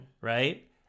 Right